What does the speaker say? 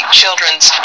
children's